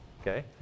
okay